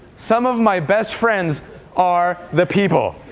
some of my best friends are the people.